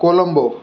Colombo